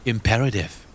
Imperative